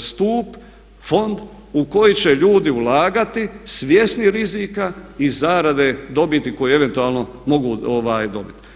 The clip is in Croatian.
stup, fond u koji će ljudi ulagati svjesni rizika i zarade dobiti koju eventualno mogu dobiti.